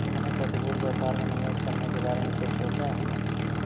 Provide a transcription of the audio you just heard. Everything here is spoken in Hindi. तुमने प्रतिभूति व्यापार में निवेश करने के बारे में कुछ सोचा?